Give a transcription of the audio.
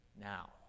now